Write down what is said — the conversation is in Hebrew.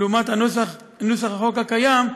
לעומת נוסח החוק הקיים,